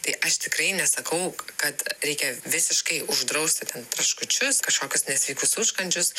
tai aš tikrai nesakau kad reikia visiškai uždrausti ten taškučius kažkokius nesveikus užkandžius